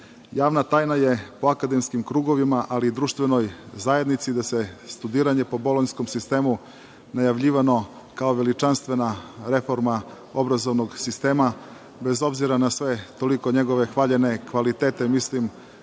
Javna tajna je u akademskim krugovima, ali i društvenoj zajednici, da se studiranje po bolonjskom sistemu, najavljivano kao veličanstvena reforma obrazovnog sistema, bez obzira na toliko hvaljene njegove kvalitete, mislim